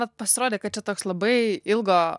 vat pasirodė kad toks labai ilgo